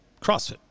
CrossFit